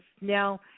Now